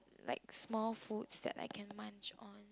like small food so that I can munch on